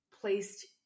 placed